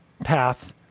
path